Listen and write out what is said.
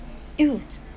!eww!